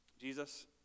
Jesus